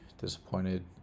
disappointed